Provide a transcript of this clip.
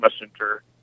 messenger